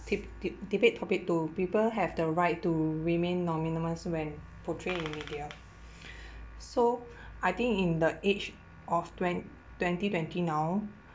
deb~ deb~ debate topic two people have the right to remain when portrayed in media so I think in the age of twen~ twenty-twenty now